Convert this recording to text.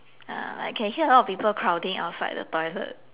uh like can see lot of people crowding outside the toilet